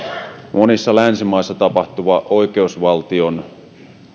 monissa länsimaissa tapahtuva oikeusvaltion